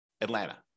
Atlanta